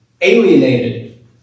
alienated